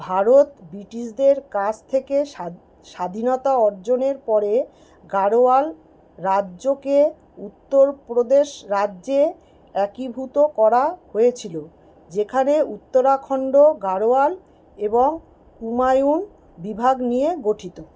ভারত ব্রিটিশদের কাছ থেকে স্বাধ স্বাধীনতা অর্জনের পরে গাড়োয়াল রাজ্যকে উত্তরপ্রদেশ রাজ্যে একীভূত করা হয়েছিলো যেখানে উত্তরাখন্ড গাড়োয়াল এবং কুমায়ুন বিভাগ নিয়ে গঠিত